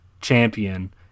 champion